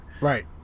Right